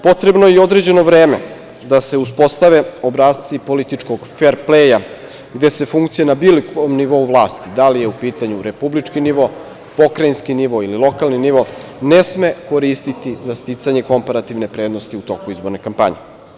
Potrebno je i određeno vreme da se uspostave obrasci političkog fer pleja, gde se funkcija na bilo kojem nivou vlasti, da li je u pitanju republički nivo, pokrajinski nivo ili lokalni nivo, ne sme koristiti za sticanje kompartivne prednosti u toku izborne kampanje.